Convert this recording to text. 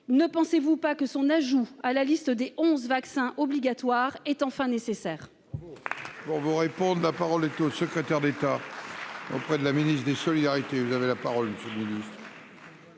Ne pensez-vous pas que son ajout à la liste des onze vaccins obligatoires est enfin nécessaire ?